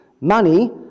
money